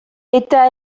eta